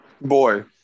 Boy